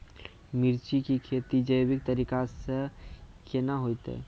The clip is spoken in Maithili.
मिर्ची की खेती जैविक तरीका से के ना होते?